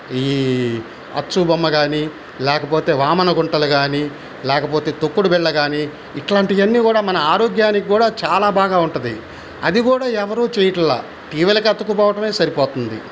ఈ అచ్చుబొమ్మ కాని లేకపోతే వామనగుంటలు కాని లేకపోతే తొక్కుడుబిల్ల కాని ఇట్లాంటియన్నీ కూడా మన ఆరోగ్యానికి కూడా చాలా బాగా ఉంటది అది గకూడా ఎవరు చేయట్లాలేదు టీవీలకు అతుక్కుపోవటమే సరిపోతుంది